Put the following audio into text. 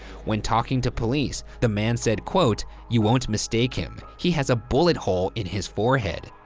when talking to police, the man said, you won't mistake him, he has a bullet hole in his forehead,